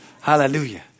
Hallelujah